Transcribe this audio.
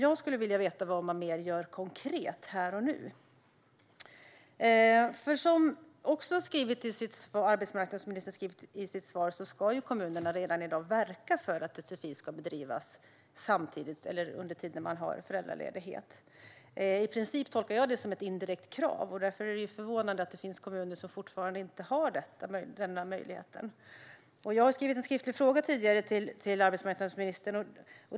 Jag skulle vilja veta vad man gör mer konkret här och nu. Som arbetsmarknadsministern säger i sitt svar ska kommunerna redan i dag verka för att sfi ska bedrivas under den tid man har föräldraledighet. I princip tolkar jag det som ett indirekt krav. Därför är det förvånande att det finns kommuner som fortfarande inte har denna möjlighet. Jag har tidigare ställt en skriftlig fråga till arbetsmarknadsministern.